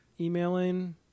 emailing